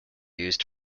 used